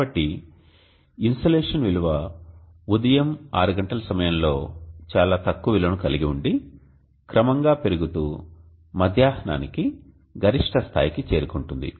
కాబట్టి ఇన్సోలేషన్ విలువ ఉదయం 6 గంటల సమయంలో చాలా తక్కువ విలువను కలిగి ఉండి క్రమంగా పెరుగుతూ మధ్యాహ్నానికి గరిష్ట స్థాయికి చేరుకుంటుంది